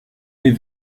les